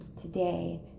today